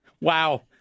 Wow